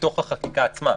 בתוך החקיקה עצמה.